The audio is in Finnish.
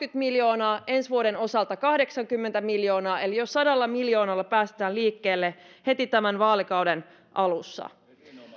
miljoonaa ensi vuoden osalta kahdeksankymmentä miljoonaa eli jo sadalla miljoonalla päästään liikkeelle heti tämän vaalikauden alussa